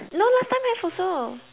no last time have also